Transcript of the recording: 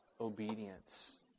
obedience